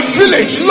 village